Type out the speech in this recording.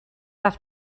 have